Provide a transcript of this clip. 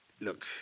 look